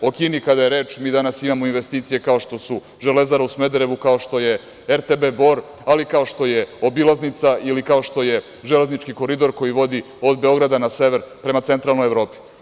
O Kini kada je reč, mi danas imamo investicije kao što su Železara u Smederevu, kao što je RTB Bor, ali kao što je obilaznica ili kao što je železnički koridor, koji vodi od Beograda na sever prema centralnoj Evropi.